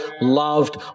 loved